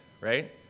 right